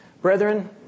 Brethren